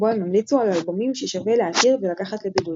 בו הם המליצו על אלבומים ששווה להכיר ולקחת לבידוד.